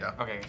Okay